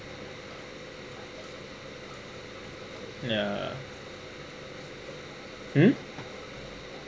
ya mm